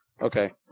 Okay